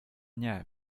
nie